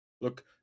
look